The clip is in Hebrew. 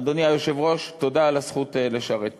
אדוני היושב-ראש, תודה על הזכות לשרת פה.